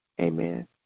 Amen